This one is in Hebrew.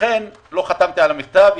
לכן לא חתמתי על המכתב,